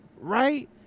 right